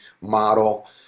model